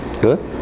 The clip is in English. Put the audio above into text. good